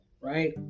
right